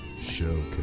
Showcase